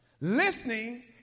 listening